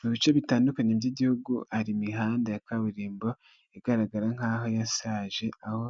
Mu bice bitandukanye by'igihugu hari imihanda ya kaburimbo igaragara nk'aho yasaje aho